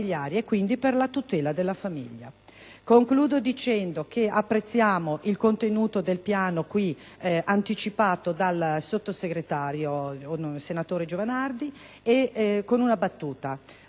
Concludo dicendo che apprezziamo il contenuto del Piano qui anticipato dal sottosegretario, senatore Giovanardi e con una battuta: